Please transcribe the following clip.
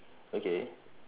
okay